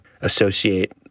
associate